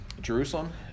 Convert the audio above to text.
Jerusalem